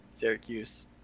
Syracuse